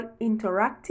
interactive